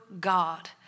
God